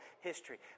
history